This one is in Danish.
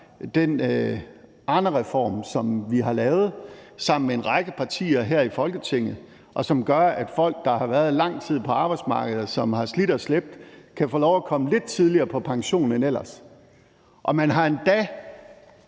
den Arnereform, som vi har lavet sammen med en række partier her i Folketinget, og som gør, at folk, der har været lang tid på arbejdsmarkedet, og som har slidt og slæbt, kan få lov at komme lidt tidligere på pension end ellers. Kl. 17:01 Man har endda